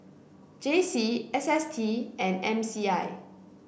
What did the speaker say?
J C S S T and M C I